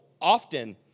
often